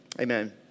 amen